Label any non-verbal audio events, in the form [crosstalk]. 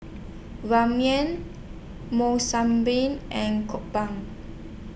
Ramyeon Monsunabe and [unintelligible]